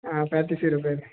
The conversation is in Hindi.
हाँ पैंतीस सौ रुपये